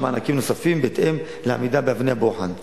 מענקים נוספים בהתאם לעמידה באבני בוחן.